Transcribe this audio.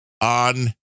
on